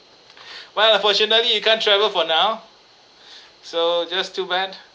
well unfortunately you can't travel for now so just too bad